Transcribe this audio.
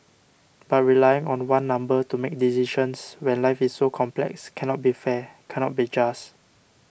but relying on one number to make decisions when life is so complex cannot be fair cannot be just